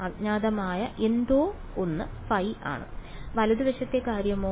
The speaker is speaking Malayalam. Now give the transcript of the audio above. അജ്ഞാതമായ എന്തോ ഒന്ന് ϕ ആണ് വലതുവശത്തെ കാര്യമോ